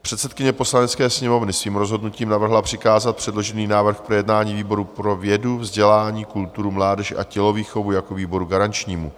Předsedkyně Poslanecké sněmovny svým rozhodnutím navrhla přikázat předložený návrh k projednání výboru pro vědu vzdělání, kulturu, mládež a tělovýchovu jako výboru garančnímu.